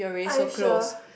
are you sure